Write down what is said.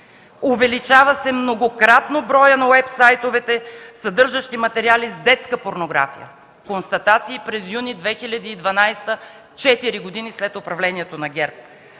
Увеличава се многократно броят на уеб сайтовете, съдържащи материали с детска порнография”. Констатации през месец юни 2012 г., четири години след управлението на ГЕРБ.